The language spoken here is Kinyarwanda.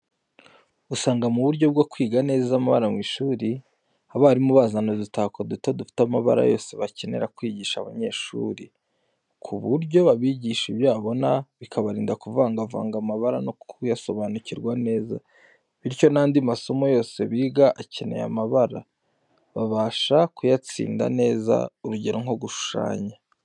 Usanga mu buryo bwo kwiga neza amabara mu ishuri, abarimu bazana udutako duto dufite amabara yose bakeneye kwigisha abanyeshuri, ku buryo babigisha ibyo babona bikabarinda kuvangavanga amabara no kuyasobanukirwa neza. Bityo, n’andi masomo yose biga akeneye amabara, babasha kuyatsinda neza, urugero nko mu gushushanya.